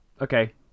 Okay